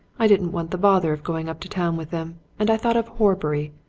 i didn't want the bother of going up to town with them, and i thought of horbury.